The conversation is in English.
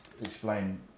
explain